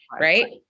right